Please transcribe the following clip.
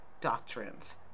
doctrines